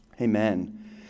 amen